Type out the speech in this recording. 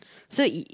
so